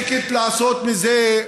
"טיקט" לעשות מזה,